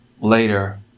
later